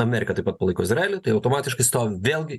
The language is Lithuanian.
amerika taip pat palaiko izraelį tai automatiškai stovi vėlgi